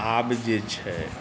आब जे छै